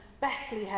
Bethlehem